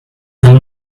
tell